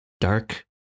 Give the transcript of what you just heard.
dark